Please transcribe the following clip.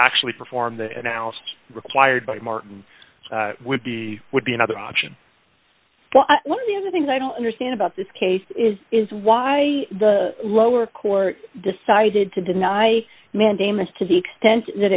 actually perform the analysis required by martin would be would be another option one of the things i don't understand about this case is is why the lower court decided to deny mandamus to the extent that